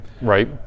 Right